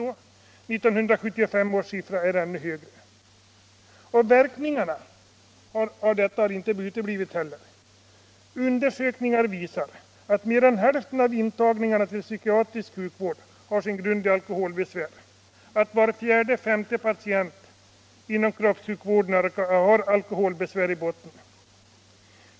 1975 års siffra var ännu högre. Verkningarna av detta har inte heller uteblivit. Undersökningar visar att mer än hälften av de intagna till psykiatrisk sjukvård har problem som har sin grund i alkoholbesvär, och var fjärde femte patient inom kroppssjukvården har alkoholbesvär i botten.